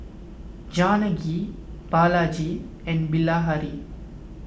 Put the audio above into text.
Janaki Balaji and Bilahari